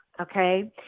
okay